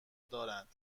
دارند